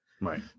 Right